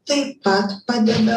taip pat padeda